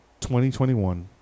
2021